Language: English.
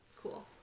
Cool